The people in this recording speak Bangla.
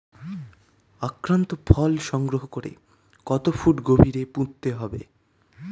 আক্রান্ত ফল সংগ্রহ করে কত ফুট গভীরে পুঁততে হবে?